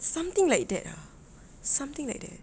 something like that ah something like that